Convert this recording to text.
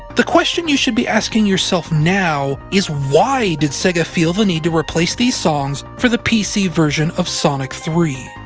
the question you should be asking yourself now is why did sega feel the need to replace these songs for the pc version of sonic three?